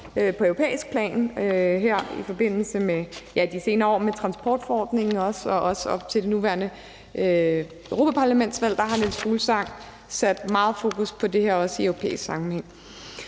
på europæisk plan de senere år med transportforordningen, og nu op til det kommende europaparlamentsvalg har Niels Fuglsang også sat meget fokus på det her i europæisk sammenhæng.